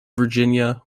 virginia